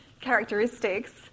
Characteristics